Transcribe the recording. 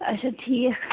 اَچھا ٹھیٖک